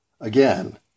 again